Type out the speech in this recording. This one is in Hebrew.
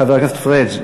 חבר הכנסת פריג',